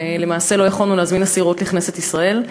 ולמעשה לא יכולנו להזמין אסירות לכנסת ישראל.